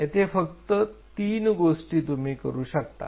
येथे फक्त तीन गोष्टी तुम्ही करू शकता